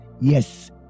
yes